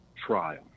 trial